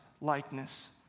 likeness